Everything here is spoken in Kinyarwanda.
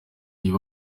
iba